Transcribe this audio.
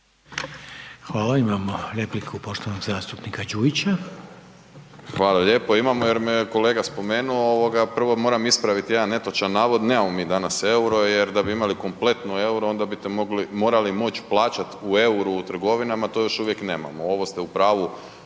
Hvala, imamo repliku poštovanog zastupnika Đujića. **Đujić, Saša (SDP)** Imamo jer me kolega spomenuo ovoga prvo moram ispravit jedan netočan navod, nemamo mi danas EUR-o jer da bi imali kompletno EUR-o onda bite mogli, morali moć plaćat u EUR-u u trgovinama, to još uvijek nemamo, ovo ste u pravu